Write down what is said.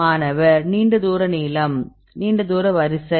மாணவர் நீண்ட தூர நீளம் நீண்ட தூர வரிசை